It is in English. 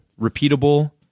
repeatable